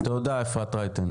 תודה, אפרת רייטן.